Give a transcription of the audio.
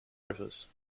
rivers